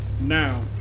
Now